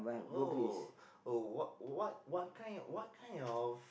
oh oh what what what kind what kind of